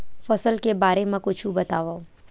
फसल के बारे मा कुछु बतावव